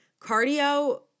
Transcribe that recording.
Cardio